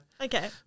Okay